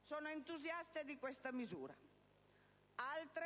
sono entusiaste di questa misura. Altre,